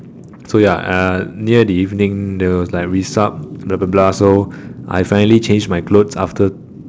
so ya uh near the evening there was like resupp blah blah blah so I finally changed my clothes after